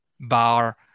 bar